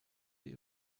die